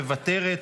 מוותרת.